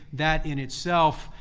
that, in itself,